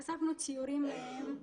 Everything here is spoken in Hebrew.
אספנו ציורים מהם,